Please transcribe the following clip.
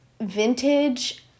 vintage